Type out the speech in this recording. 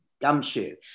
gumshoe